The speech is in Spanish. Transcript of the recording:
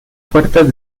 puertas